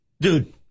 dude